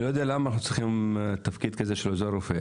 אני לא יודע למה אנחנו צריכים תפקיד כזה של עוזר רופא.